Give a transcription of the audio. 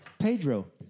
Pedro